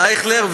אייכלר,